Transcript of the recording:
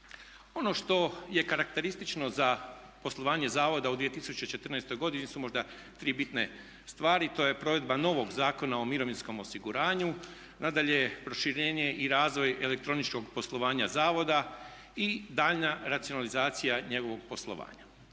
Ono što je karakteristično za poslovanje Zavoda u 2014. godini su možda tri bitne stvari. To je provedba novog Zakona o mirovinskom osiguranju, nadalje proširenje i razvoj elektroničkog poslovanja Zavoda i daljnja racionalizacija njegovog poslovanja.